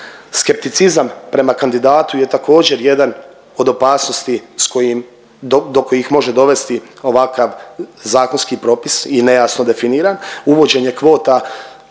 Skepticizam prema kandidatu je također jedan od opasnosti sa kojim, do kojih može dovesti ovakav zakonski propis i nejasno definiran. Uvođenje kvota